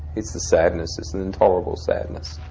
it's the sadness, it's the intolerable sadness.